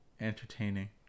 entertaining